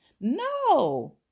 No